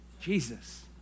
Jesus